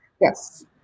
Yes